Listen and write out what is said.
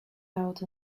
out